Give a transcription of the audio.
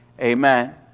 Amen